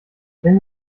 wenn